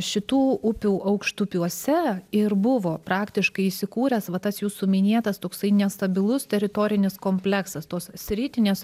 šitų upių aukštupiuose ir buvo praktiškai įsikūręs va tas jūsų minėtas toksai nestabilus teritorinis kompleksas tos sritinės